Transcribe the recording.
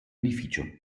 edificio